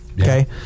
Okay